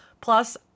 plus